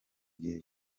igihe